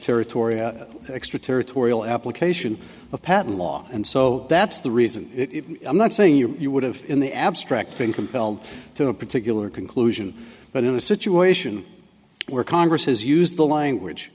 extraterritorial extraterritorial application of patent law and so that's the reason i'm not saying you you would have in the abstract being compelled to a particular conclusion but in a situation where congress has used the language